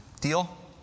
Deal